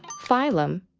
phylum,